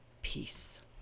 peace